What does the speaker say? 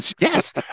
Yes